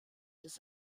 des